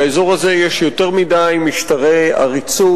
באזור הזה יש יותר מדי משטרי עריצות,